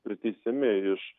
priteisiami iš